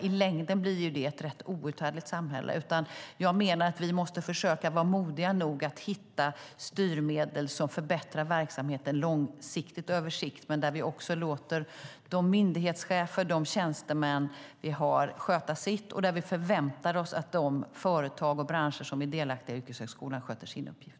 I längden blir det ett rätt outhärdligt samhälle. Jag menar att vi måste försöka vara modiga nog att hitta styrmedel som förbättrar verksamheten långsiktigt över tid, där vi låter de myndighetschefer och tjänstemän vi har att sköta sitt samt förväntar oss att de företag och branscher som är delaktiga i yrkeshögskolan sköter sin uppgift.